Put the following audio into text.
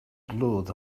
glued